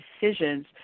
decisions